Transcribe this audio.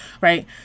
right